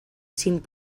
cinc